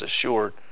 assured